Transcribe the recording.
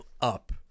up